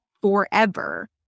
forever